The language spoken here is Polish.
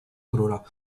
króla